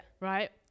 Right